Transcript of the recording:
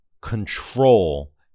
control